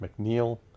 McNeil